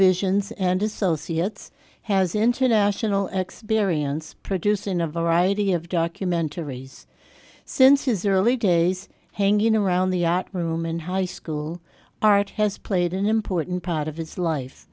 visions and associates has international experience produced in a variety of documentaries since his early days hanging around the room in high school art has played an important part of his life